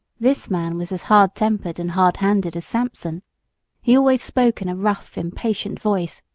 this man was as hard-tempered and hard-handed as samson he always spoke in a rough, impatient voice,